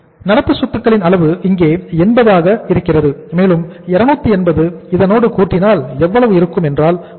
நடப்பு சொத்துக்களின் அளவு இங்கே 80 ஆக இருக்கிறது மேலும் 280 இதனோடு கூட்டினால் எவ்வளவு இருக்கும் என்றால் 16